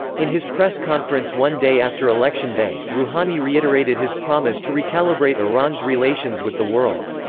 in his press conference one day after election day, rouhani reiterated his promise to recalibrate iran's relations with the world.